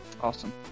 Awesome